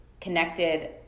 connected